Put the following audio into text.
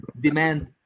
demand